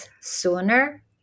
sooner